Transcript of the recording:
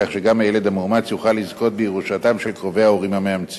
כך שגם הילד המאומץ יוכל לזכות בירושתם של קרובי ההורים המאמצים.